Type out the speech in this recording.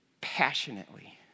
passionately